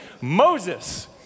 Moses